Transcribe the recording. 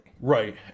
Right